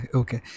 okay